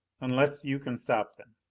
unless you can stop them.